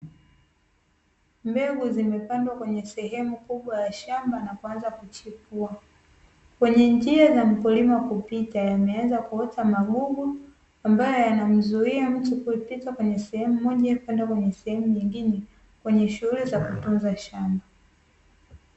Mbegu zimepandwa kwenye sehemu kubwa ya shamba na kuanza kuchipua, kwenye njia za mkulima kupita yameanza kuota magugu ambayo yanamzuia mtu kupita kwenye sehemu moja kwenda sehemu nyingine kwenye shunghuli za kutunza shamba.